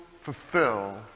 fulfill